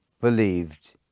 believed